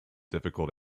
difficult